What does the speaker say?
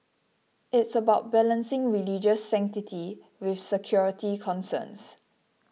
it's about balancing religious sanctity with security concerns